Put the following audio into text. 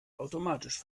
automatisch